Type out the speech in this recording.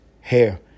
hair